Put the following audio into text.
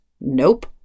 nope